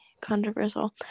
controversial